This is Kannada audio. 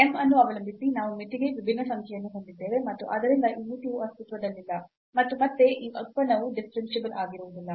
m ಅನ್ನು ಅವಲಂಬಿಸಿ ನಾವು ಮಿತಿಗೆ ವಿಭಿನ್ನ ಸಂಖ್ಯೆಯನ್ನು ಹೊಂದಿದ್ದೇವೆ ಮತ್ತು ಆದ್ದರಿಂದ ಈ ಮಿತಿಯು ಅಸ್ತಿತ್ವದಲ್ಲಿಲ್ಲ ಮತ್ತು ಮತ್ತೆ ಈ ಉತ್ಪನ್ನವು ಡಿಫರೆನ್ಸಿಬಲ್ ಆಗಿರುವುದಿಲ್ಲ